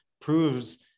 Proves